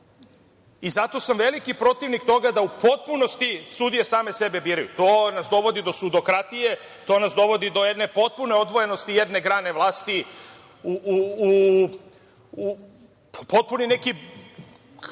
I zato sam veliki protivnik toga da u potpunosti sudije same sebe biraju. To nas dovodi do sudokratije, to nas dovodi do jedne potpune odvojenosti jedne grane vlasti u potpuni neki,